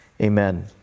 Amen